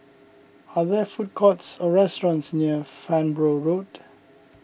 are there food courts or restaurants near Farnborough Road